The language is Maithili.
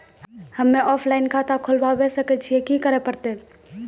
हम्मे ऑफलाइन खाता खोलबावे सकय छियै, की करे परतै?